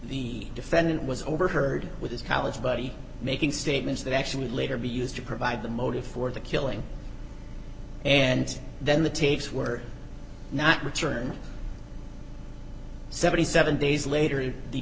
the defendant was overheard with his college buddy making statements that actually would later be used to provide the motive for the killing and then the tapes were not returned seventy seven days later